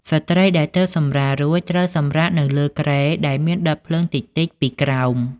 ស្ត្រីដែលទើបសម្រាលរួច ត្រូវសម្រាកនៅលើគ្រែដែលមានដុតភ្លើងតិចៗពីក្រោម។